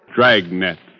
Dragnet